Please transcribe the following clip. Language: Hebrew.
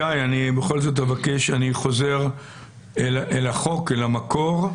שי, אני חוזר אל החוק, אל המקור.